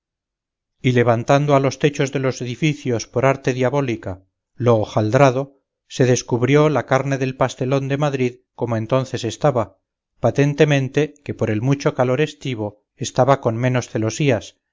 y levantando a los techos de los edificios por arte diabólica lo hojaldrado se descubrió la carne del pastelón de madrid como entonces estaba patentemente que por el mucho calor estivo estaba con menos celosías